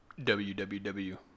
www